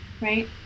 right